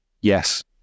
yes